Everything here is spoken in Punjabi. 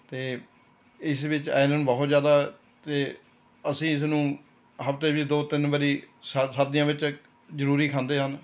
ਅਤੇ ਇਸ ਵਿੱਚ ਆਇਰਨ ਬਹੁਤ ਜ਼ਿਆਦਾ ਅਤੇ ਅਸੀਂ ਇਸ ਨੂੰ ਹਫ਼ਤੇ ਵਿੱਚ ਦੋ ਤਿੰਨ ਵਾਰੀ ਸਾ ਸਰਦੀਆਂ ਵਿੱਚ ਜ਼ਰੂਰੀ ਖਾਂਦੇ ਹਨ